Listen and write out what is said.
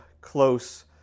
close